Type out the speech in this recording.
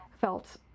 felt